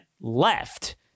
left